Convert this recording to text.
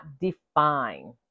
define